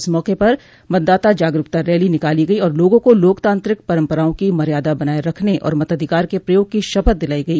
इस मौके पर मतदाता जागरूकता रैली निकाली गई और लोगों को लोकतांत्रिक परम्पराओं की मर्यादा बनाये रखने और मताधिकार के प्रयोग की शपथ दिलाई गई